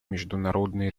международной